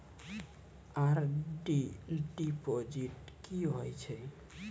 RD deposit की होय छै?